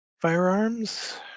firearms